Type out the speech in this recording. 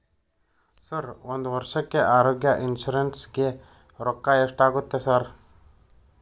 Sir ಒಂದು ವರ್ಷಕ್ಕೆ ಆರೋಗ್ಯ ಇನ್ಶೂರೆನ್ಸ್ ಗೇ ರೊಕ್ಕಾ ಎಷ್ಟಾಗುತ್ತೆ ಸರ್?